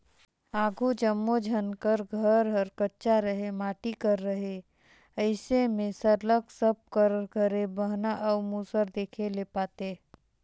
आघु जम्मो झन कर घर हर कच्चा रहें माटी कर रहे अइसे में सरलग सब कर घरे बहना अउ मूसर देखे ले पाते